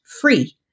free